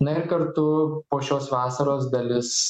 na ir kartu po šios vasaros dalis